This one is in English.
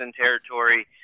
territory